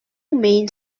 main